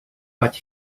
but